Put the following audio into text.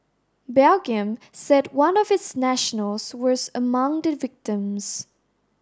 Belgium said one of its nationals was among the victims